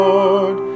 Lord